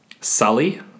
Sully